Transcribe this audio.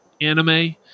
anime